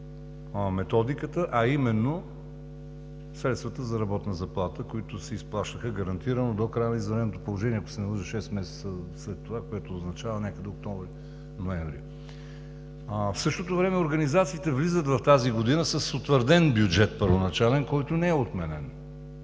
Методиката, а именно средствата за работна заплата, които се изплащаха гарантирано до края на извънредното положение, ако не се лъжа, 6 месеца след това, което означава някъде месец октомври-ноември. В същото време организациите влизат в тази година с първоначален утвърден бюджет, който не е отменен.